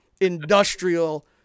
industrial